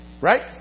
right